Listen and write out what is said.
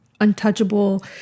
untouchable